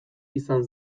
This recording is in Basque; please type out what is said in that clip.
izan